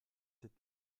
sept